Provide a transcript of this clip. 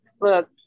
look